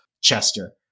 chester